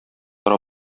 тора